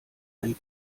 einen